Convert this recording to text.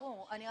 ברור, רק